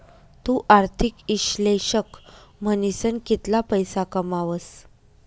तु आर्थिक इश्लेषक म्हनीसन कितला पैसा कमावस